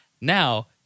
Now